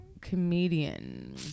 comedian